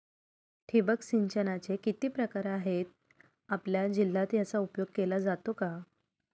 ठिबक सिंचनाचे किती प्रकार आहेत? आपल्या जिल्ह्यात याचा उपयोग केला जातो का?